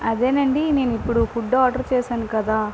అదేనండి నేను ఇప్పుడు ఫుడ్ ఆర్డర్ చేశాను కదా